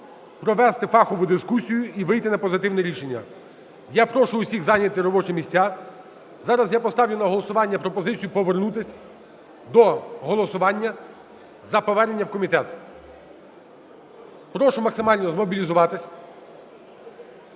провести фахову дискусію і вийти на позитивне рішення. Я прошу всіх зайняти робочі місця. Зараз я поставлю на голосування пропозицію повернутись до голосування за повернення в комітет. Прошу максимально змобілізуватись.